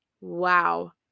wow